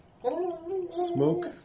smoke